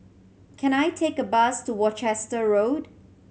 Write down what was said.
can I take a bus to Worcester Road